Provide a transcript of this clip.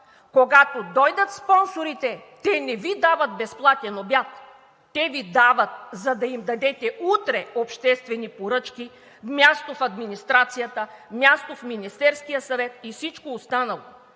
Когато дойдат спонсорите, те не Ви дават безплатен обяд, а те Ви дават, за да им дадете утре обществени поръчки, място в администрацията, място в Министерския съвет и всичко останало.